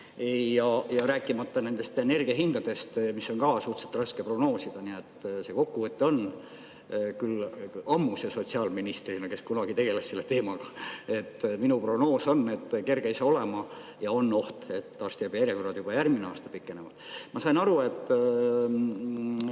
rääkimata nendest energiahindadest, mida on ka suhteliselt raske prognoosida. See kokkuvõte on, küll ammuse sotsiaalministri oma, kes kunagi tegeles selle teemaga. Minu prognoos on, et kerge ei saa olema ja on oht, et arstiabi järjekorrad juba järgmine aasta pikenevad. Ma sain aru, et